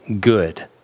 good